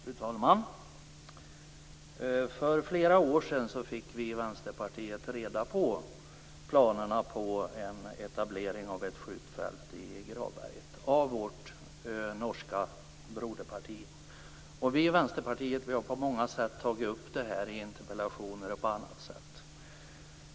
Fru talman! För flera år sedan fick vi i Vänsterpartiet av vårt norska broderparti reda på planerna på en etablering av ett skjutfält i Gravberget. Vi i Vänsterpartiet har tagit upp detta i interpellationer och på annat sätt.